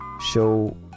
show